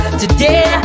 today